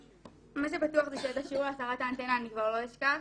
מה שבטוח זה שאת השיעור להסרת האנטנה אני כבר לא אשכח.